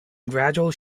gradual